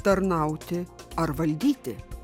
tarnauti ar valdyti